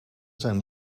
zijn